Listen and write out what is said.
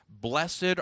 Blessed